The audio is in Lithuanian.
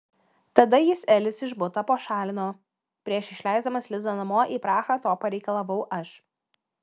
tada jis elis iš buto pašalino prieš išleisdamas lizą namo į prahą to pareikalavau aš